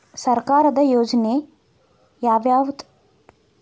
ಸರ್ಕಾರದ ಯೋಜನೆ ಯಾವ್ ಯಾವ್ದ್?